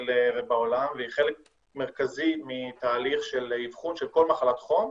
ובעולם והיא חלק מרכזי מתהליך של אבחון של כל מחלת חום,